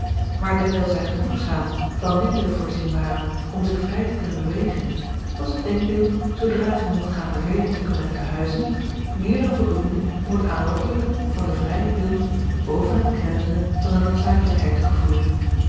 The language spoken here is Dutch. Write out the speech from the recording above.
maar dewijl zij genoegzaam van middelen voorzien waren om zich vrij te kunnen bewegen was het denkbeeld zoodra het hun mogt gaan vervelen te kunnen verhuizen meer dan voldoende om het aanlokkelijke van den vrijen wil boven het knellende van de noodzakelijkheid te gevoelen